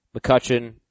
McCutcheon